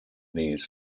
needs